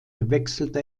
wechselte